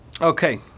Okay